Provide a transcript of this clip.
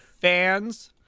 fans